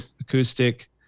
acoustic